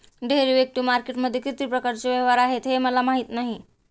derivative मार्केटमध्ये किती प्रकारचे व्यवहार आहेत हे मला माहीत नाही